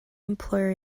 employer